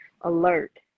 alert